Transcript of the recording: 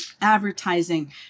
Advertising